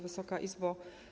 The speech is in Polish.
Wysoka Izbo!